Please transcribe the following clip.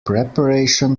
preparation